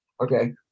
Okay